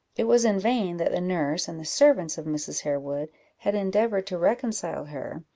it was in vain that the nurse and the servants of mrs. harewood had endeavoured to reconcile her,